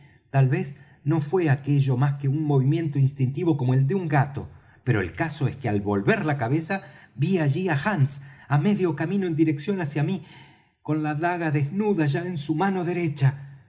tal vez no fué aquello más que un movimiento instintivo como el de un gato pero el caso es que al volver la cabeza ví allí á hands á medio camino en dirección de mí con la daga desnuda ya en su mano derecha